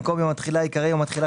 במקום "יום התחילה" ייקרא "יום התחילה